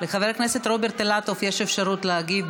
לחבר הכנסת רוברט אילטוב יש אפשרות להגיב.